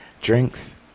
drinks